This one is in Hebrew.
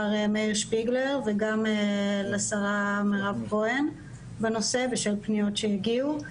מאיר שפיגלר וגם לשרה מירב כהן בנושא בשל פניות שהגיעו.